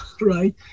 right